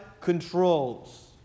controls